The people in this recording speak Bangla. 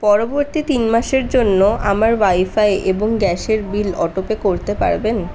পরবর্তী তিন মাসের জন্য আমার ওয়াইফাই এবং গ্যাসের বিল অটোপে করতে পারবেন